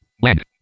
Land